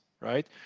right